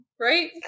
right